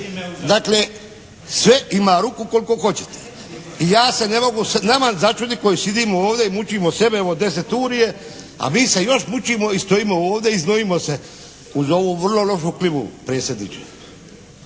Dakle sve ima ruku koliko 'oćete. I ja se ne mogu, ne mogu začuditi koji sidimo ovdje i mučimo sebe, evo 10 uri je, a mi se još mučimo i stojimo ovdje i znojimo se uz ovu vrlo lošu klimu predsjedniče.